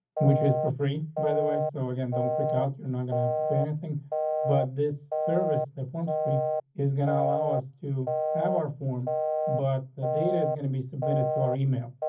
which is for free, by the way. so again, don't freak out. you're not going to have to pay anything but this service, the form spring is gonna allow us to have our form but the data is going to be submitted to our email.